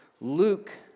Luke